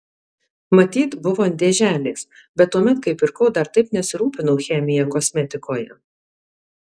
matyt buvo ant dėželės bet tuomet kai pirkau dar taip nesirūpinau chemija kosmetikoje